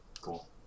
Cool